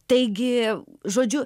taigi žodžiu